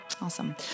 awesome